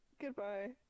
Goodbye